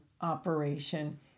operation